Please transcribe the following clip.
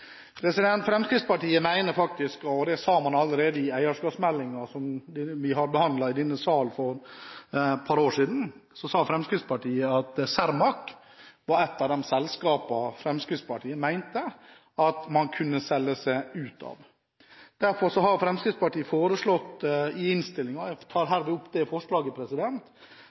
der. Fremskrittspartiet mener faktisk – og det sa vi allerede i eierskapsmeldingen som vi behandlet i denne salen for et par år siden – at Cermaq var et av de selskapene man kunne selge seg ut av. Derfor har Fremskrittspartiet foreslått det i innstillingen, og jeg tar hermed opp det forslaget.